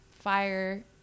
Fire